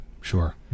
Sure